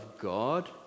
God